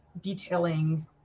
detailing